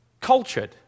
cultured